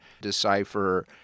decipher